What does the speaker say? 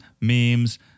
memes